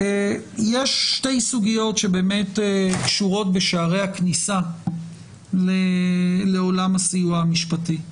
יש שתי סוגיות שבאמת קשורות בשערי הכניסה לעולם הסיוע המשפטי.